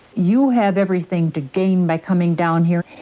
you have everything to gain by coming down here.